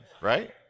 Right